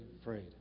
afraid